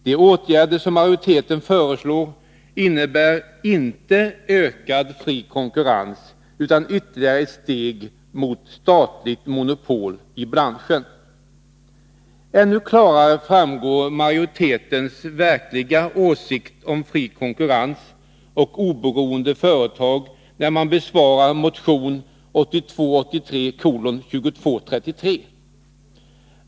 De åtgärder som majoriteten föreslår innebär inte ökad fri konkurrens utan ytterligare ett steg mot statligt monopol i branschen. Ännu klarare framgår majoritetens verkliga åsikt om fri konkurrens och oberoende företag när den behandlar motion 1982/83:2233.